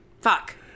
fuck